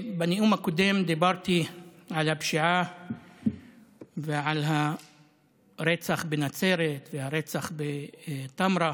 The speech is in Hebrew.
בנאום הקודם דיברתי על הפשיעה ועל הרצח בנצרת והרצח בטמרה,